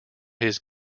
his